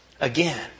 again